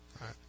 Right